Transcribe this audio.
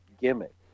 gimmick